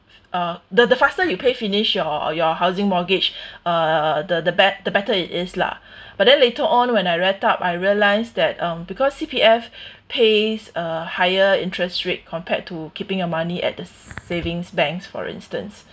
uh the the faster you pay finish your your housing mortgage uh the the bet~ the better it is lah but then later on when I read up I realised that um because C_P_F pays a higher interest rate compared to keeping a money at the savings banks for instance